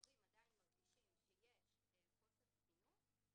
ההורים עדיין מרגישים שיש חוסר תקינות,